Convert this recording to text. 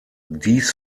dies